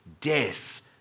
death